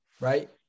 right